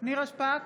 נירה שפק,